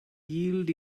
yield